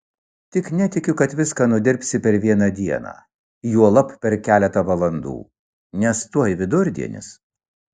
tik netikiu kad viską nudirbsi per vieną dieną juolab per keletą valandų nes tuoj vidurdienis